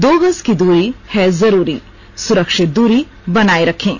दो गज की दूरी है जरूरी सुरक्षित दूरी बनाए रखें